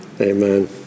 Amen